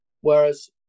Whereas